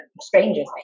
strangers